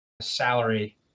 salary